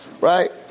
right